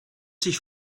sich